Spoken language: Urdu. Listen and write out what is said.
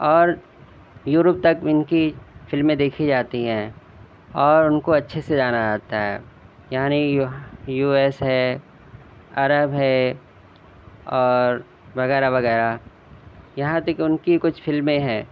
اور یورپ تک ان کی فلمیں دیکھی جاتی ہیں اور ان کو اچھے سے جانا جاتا ہے یعنی یو ایس ہے عرب ہے اور وغیرہ وغیرہ یہاں تک کہ ان کی کچھ فلمیں ہیں